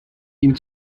ihnen